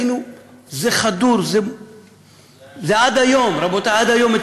זה חדור עד היום, עד היום.